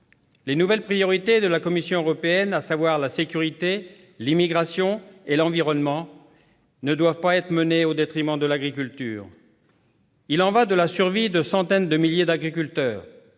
Les nouvelles priorités de la Commission européenne, à savoir la sécurité, l'immigration et l'environnement ne doivent pas être menées au détriment de l'agriculture. Il y va de la survie de centaines de milliers d'agriculteurs.